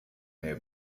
mehr